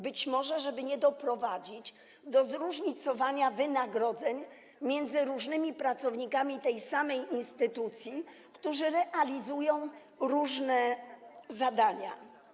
Być może, żeby nie doprowadzić do zróżnicowania wynagrodzeń różnych pracowników tej samej instytucji, którzy realizują różne zadania.